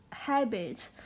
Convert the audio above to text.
habits